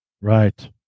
right